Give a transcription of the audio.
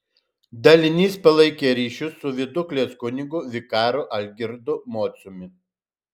dalinys palaikė ryšius su viduklės kunigu vikaru algirdu mociumi